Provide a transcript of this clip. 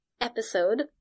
episode